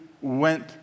went